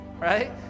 right